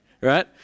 right